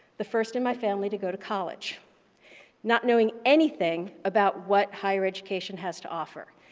the first in my family to go to college not knowing anything about what higher education has to offer,